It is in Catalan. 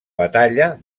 batalla